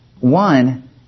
One